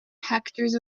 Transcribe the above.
hectares